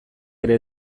ere